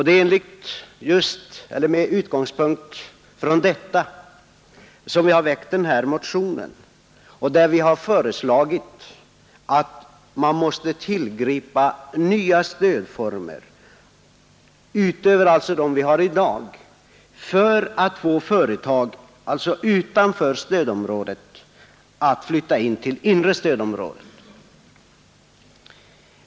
Det är just med utgångspunkt häri som vi har väckt vår motion, där vi har betonat att man måste tillgripa nya stödformer utöver dem vi har i dag för att få företag utanför stödområdet att flytta in till inre stödområdet.